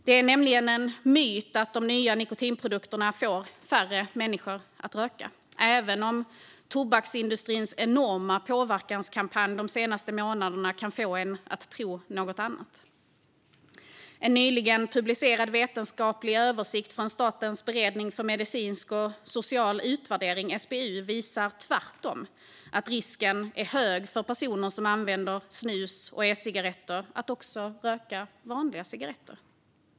Det är nämligen en myt att de nya nikotinprodukterna får färre människor att röka, även om tobaksindustrins enorma påverkanskampanj de senaste månaderna kan få en att tro något annat. En nyligen publicerad vetenskaplig översikt från Statens beredning för medicinsk och social utvärdering, SBU, visar tvärtom att risken är hög för att personer som använder snus och e-cigaretter också röker vanliga cigaretter.